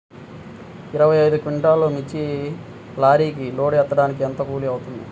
ఇరవై ఐదు క్వింటాల్లు మిర్చి లారీకి లోడ్ ఎత్తడానికి ఎంత కూలి అవుతుంది?